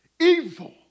evil